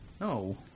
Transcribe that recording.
No